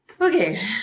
Okay